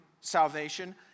salvation